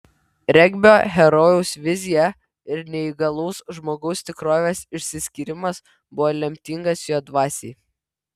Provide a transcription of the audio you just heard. regbio herojaus vizija ir neįgalaus žmogaus tikrovės išsiskyrimas buvo lemtingas jo dvasiai